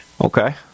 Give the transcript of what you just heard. Okay